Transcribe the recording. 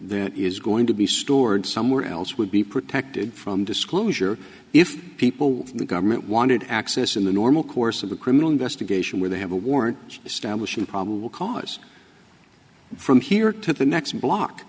that is going to be stored somewhere else would be protected from disclosure if people in the government wanted access in the normal course of the criminal investigation where they have a warrant establishing probable cause from here to the next block